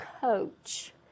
coach